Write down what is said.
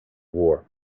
war